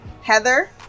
heather